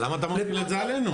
אבל למה אתה מפיל את זה עלינו?